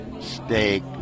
steak